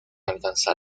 alcanzar